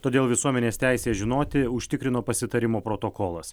todėl visuomenės teisę žinoti užtikrino pasitarimo protokolas